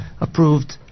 approved